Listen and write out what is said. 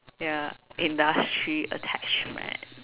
ya industry attachment